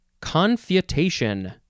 confutation